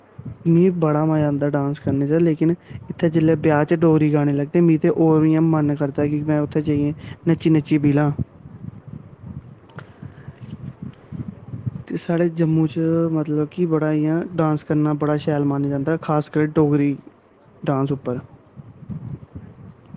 मिगी बड़ा मज़ा आंदा डांस करने च लेकिन इत्थें जेल्लै ब्याह् च डोगरी गाने लगदे मिगी ते होर बी इ'यां मन करदा ऐ में उत्थें जाइयै नच्ची नच्ची बिलां ते साढ़े जम्मू च मतलब कि बड़ा इ'यां डांस करना बड़ा शैल मन्नेआ जंदा खासकर डोगरी डांस उप्पर